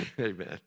Amen